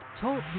Talk